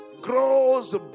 grows